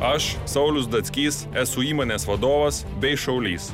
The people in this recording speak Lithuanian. aš saulius dockys esu įmonės vadovas bei šaulys